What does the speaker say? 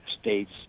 states